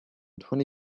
twenty